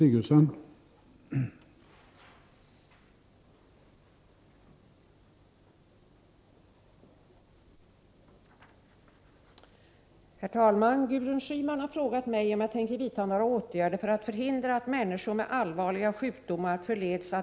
samhet Z